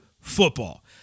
football